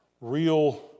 real